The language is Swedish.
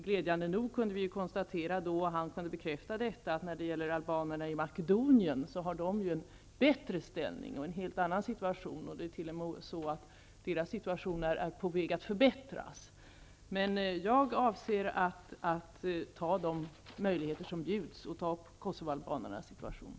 Glädjande nog kunde vi konstatera, och utrikesministern bekräftade det, att albanerna i Makedonien har en bättre ställning och en helt annan situation. Deras situation är t.o.m. på väg att förbättras. Jag avser att ta vara på de möjligheter som bjuds för att ta upp kosovoalbanernas situation.